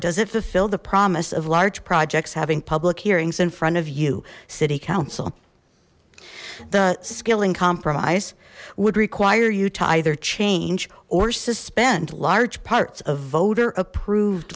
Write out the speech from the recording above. fulfill the promise of large projects having public hearings in front of you city council the skilling compromise would require you to either change or suspend large parts of voter approved